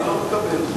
אני לא מקבל את זה.